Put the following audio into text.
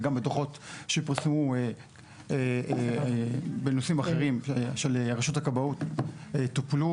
וגם בדוחות שפורסמו בנושאים אחרים של רשות הכבאות טופלו,